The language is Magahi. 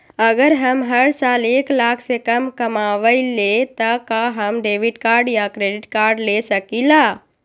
अगर हम हर साल एक लाख से कम कमावईले त का हम डेबिट कार्ड या क्रेडिट कार्ड ले सकीला?